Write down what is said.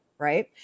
right